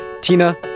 tina